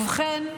ובכן,